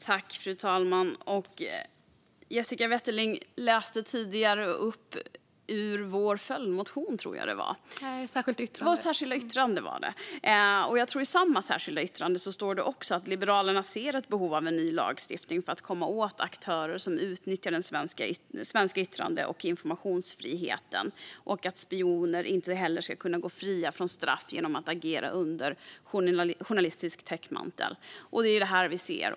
Fru talman! Jessica Wetterling läste tidigare högt ur vårt särskilda yttrande. I samma särskilda yttrande står också att Liberalerna ser ett behov av en ny lagstiftning för att komma åt aktörer som utnyttjar den svenska yttrande och informationsfriheten och att spioner inte ska kunna gå fria från straff genom att agera under journalistisk täckmantel. Å ena sidan är det detta vi ser.